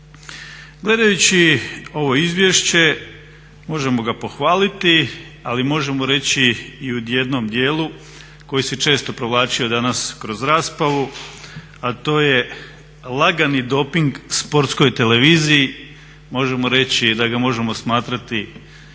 Gledajući ovo izvješće možemo ga pohvaliti, ali možemo reći i u jednom dijelu koji se često provlačio danas kroz raspravu, a to je lagani doping Sportskoj televiziji, možemo reći da ga možemo smatrati